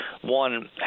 one